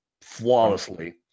flawlessly